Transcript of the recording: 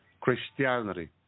Christianity